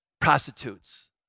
prostitutes